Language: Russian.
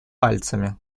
пальцами